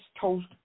toast